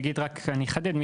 אני אחדד רק.